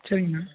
சரிங்ண்ணா